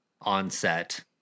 on-set